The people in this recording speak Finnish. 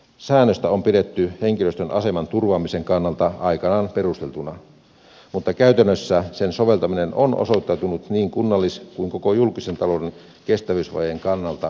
säännöstä on pidetty henkilöstön aseman turvaamisen kannalta aikanaan perusteltuna mutta käytännössä sen soveltaminen on osoittautunut niin kunnallis kuin koko julkisen talouden kestävyysvajeen kannalta turmiolliseksi